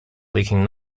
leaking